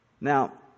Now